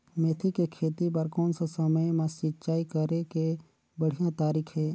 मेथी के खेती बार कोन सा समय मां सिंचाई करे के बढ़िया तारीक हे?